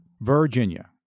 Virginia